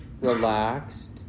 relaxed